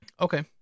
Okay